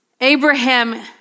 Abraham